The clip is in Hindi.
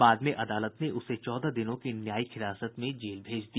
बाद में अदालत ने उसे चौदह दिनों की न्यायिक हिरासत में जेल भेज दिया